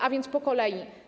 A więc po kolei.